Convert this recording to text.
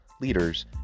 leaders